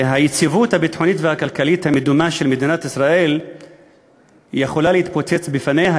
היציבות הביטחונית והכלכלית המדומה של מדינת ישראל יכולה להתפוצץ בפניה,